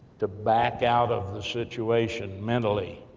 to back out of the situation, mentally,